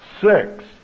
Six